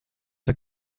der